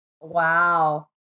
Wow